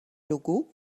logos